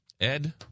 Ed